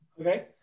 Okay